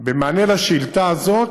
במענה לשאילתה הזו,